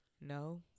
No